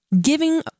giving